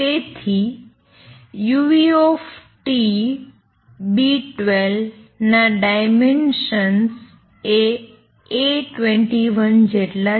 તેથી આ uTB12 ના ડાયમેન્સન એ A21 જેટલા છે